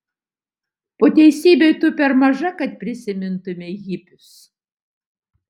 po teisybei tu per maža kad prisimintumei hipius